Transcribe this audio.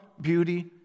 beauty